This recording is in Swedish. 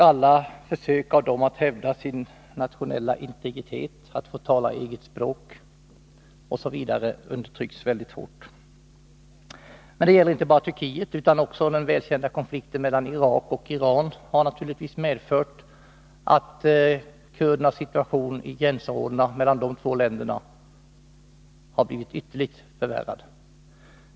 Alla försök av dem att hävda sin nationella identitet, att få tala sitt eget språk osv., undertrycks väldigt hårt. Men det gäller inte bara Turkiet. Den välkända konflikten mellan Irak och Iran har naturligtvis också medfört att kurdernas situation i gränsområdena mellan de två länderna har blivit ytterligt förvärrad.